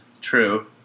True